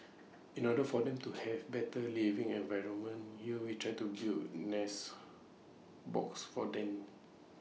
in order for them to have better living environment here we try to build nest boxes for them